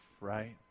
right